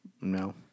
No